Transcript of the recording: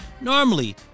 normally